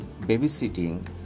babysitting